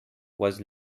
was